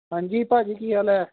ਹਾਂਜੀ ਭਾਅ ਜੀ ਕੀ ਹਾਲ ਹੈ